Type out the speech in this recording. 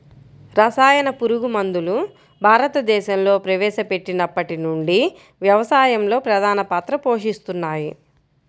రసాయన పురుగుమందులు భారతదేశంలో ప్రవేశపెట్టినప్పటి నుండి వ్యవసాయంలో ప్రధాన పాత్ర పోషిస్తున్నాయి